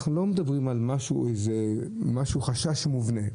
אנחנו לא מדברים על חשש מובנה.